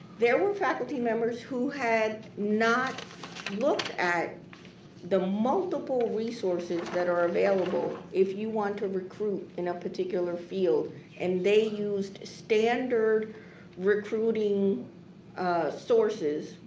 there were faculty members who had not looked at the multiple resources that are available if you want to recruit in a particular field and they used standard recruiting sources,